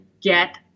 get